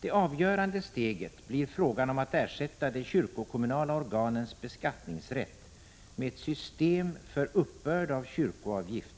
Det avgörande steget blir frågan om att ersätta de kyrkokommunala organens beskattningsrätt med ett system för uppbörd av kyrkoavgift